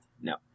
No